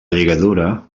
lligadura